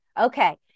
Okay